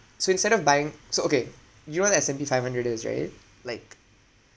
so instead of buying so okay you know what S and P five hundred is right like